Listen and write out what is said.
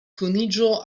kuniĝo